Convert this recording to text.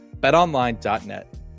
BetOnline.net